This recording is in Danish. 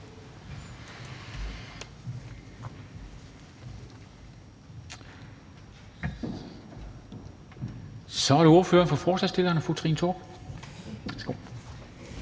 så er det ordføreren for forslagsstillerne, hr.